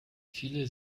viele